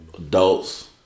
adults